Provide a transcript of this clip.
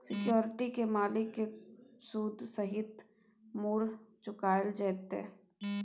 security केर मालिक केँ सुद सहित मुर चुकाएल जेतै